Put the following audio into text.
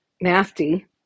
nasty